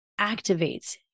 activates